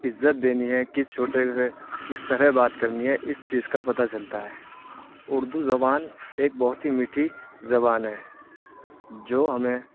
عزت دینی ہے کس چھوٹے کے کس طرح بات کرنی ہے اس چیز کا پتہ چلتا ہے اردو زبان ایک بہت ہی میٹھی زبان ہے جو ہمیں